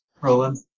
Roland